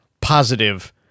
positive